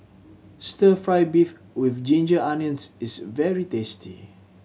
Stir Fry beef with ginger onions is very tasty